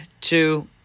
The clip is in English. two